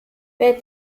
wer